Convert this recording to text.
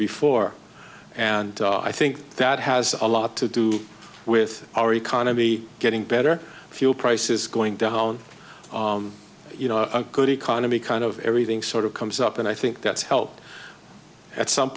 before and i think that has a lot to do with our economy getting better fuel prices going down you know a good economy kind of everything sort of comes up and i think that's helped at some